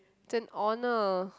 it's an honour